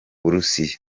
burusiya